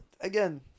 Again